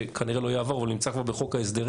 שכנראה לא יעבור אבל זה נמצא כבר בחוק ההסדרים.